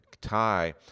tie